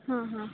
ಹಾಂ ಹಾಂ